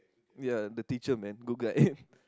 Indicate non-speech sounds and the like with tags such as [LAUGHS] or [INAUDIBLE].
ya the teacher man good guy [LAUGHS]